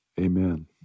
amen